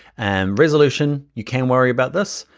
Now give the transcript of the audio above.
and resolution you can worry about this.